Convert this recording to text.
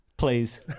Please